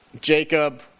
Jacob